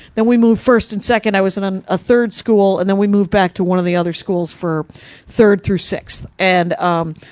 then we moved first and second, i was at um a third school. and then we moved back to one of the other schools for third through sixth. and um,